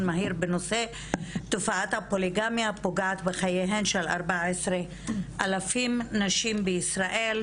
מהיר בנושא תופעת הפוליגמיה פוגעת בחייהן של 14,000 נשים בישראל,